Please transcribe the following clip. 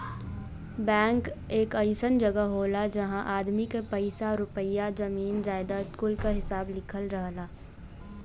bank एक अइसन जगह होला जहां आदमी के पइसा रुपइया, जमीन जायजाद कुल क हिसाब लिखल रहला